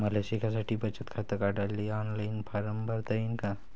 मले शिकासाठी बचत खात काढाले ऑनलाईन फारम भरता येईन का?